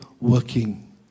working